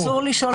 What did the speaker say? אסור לשאול אותך?